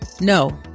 no